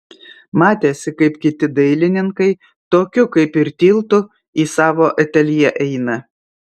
matėsi kaip kiti dailininkai tokiu kaip ir tiltu į savo ateljė eina